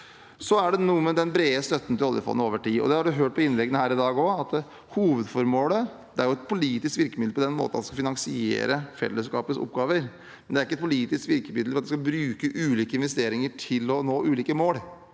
Så er det noe med den brede støtten til oljefondet over tid, og det har man også hørt på innleggene her i dag. Hovedformålet til oljefondet er å være et politisk virkemiddel på den måten at det skal finansiere fellesskapets oppgaver, men det er ikke et politisk virkemiddel for at vi skal bruke ulike investeringer til å nå ulike mål.